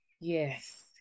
yes